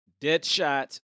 Deadshot